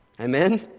Amen